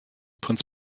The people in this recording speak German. prinz